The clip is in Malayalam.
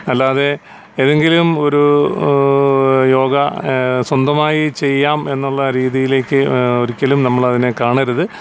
അല്ലാതെ ഏതെങ്കിലും ഒരു യോഗ സ്വന്തമായി ചെയ്യാം എന്നുള്ള രീതിയിലേക്ക് ഒരിക്കലും നമ്മൾ അതിനെ കാണരുത്